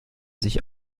sich